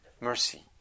mercy